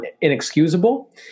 inexcusable